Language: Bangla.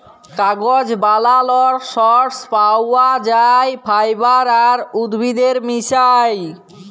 কাগজ বালালর সর্স পাউয়া যায় ফাইবার আর উদ্ভিদের মিশায়